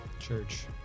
Church